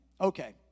Okay